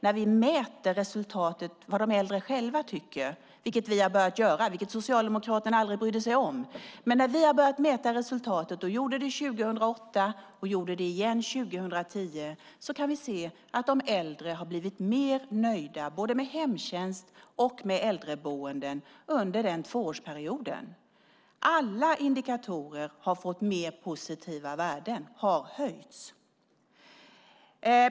När vi mäter resultatet, vad de äldre själva tycker, vilket vi började göra 2008 och gjorde igen 2010 men som Socialdemokraterna aldrig brydde sig om, kan vi se att de äldre har blivit mer nöjda både med hemtjänst och med äldreboenden under den tvåårsperioden. Alla indikatorer har fått mer positiva värden, det vill säga har höjts.